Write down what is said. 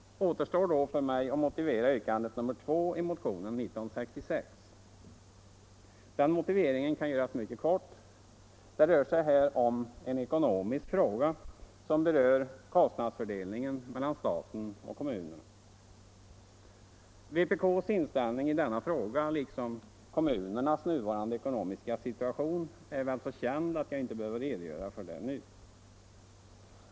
Återstår då för mig att motivera yrkandet nr 2 i motionen 1966. Den motiveringen kan göras mycket kort. Det rör sig här om en ekonomisk fråga som berör kostnadsfördelningen mellan staten och kommunerna. Vpk:s inställning i denna fråga liksom kommunernas nuvarande ekonomiska situation är väl så känd att jag inte behöver redogöra för detta nu.